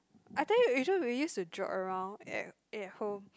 I think it's just we used to joke around at at home